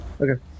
Okay